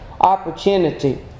opportunity